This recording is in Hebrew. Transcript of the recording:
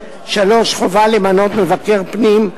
3. חובה למנות מבקר פנים,